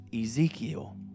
Ezekiel